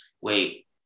Wait